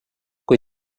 kui